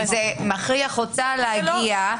כי זה מכריח אותה להגיע,